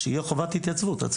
שתהיה חובת התייצבות.